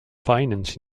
finance